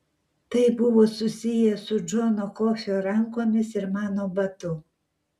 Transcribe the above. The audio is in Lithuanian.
tai buvo susiję su džono kofio rankomis ir mano batu